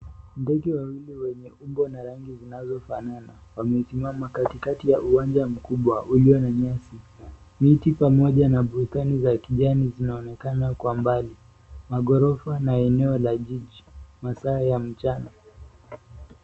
Ndege wawili wenye umbo na rangi zinazofanana wamesimama katikati ya uwanja mkubwa ulio na nyasi. Miti pamoja na mbuga za kijani zinaonekana kwa mbali. Maghorofa na eneo la jiji masaa ya mchana.